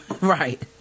Right